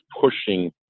pushing